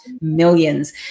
millions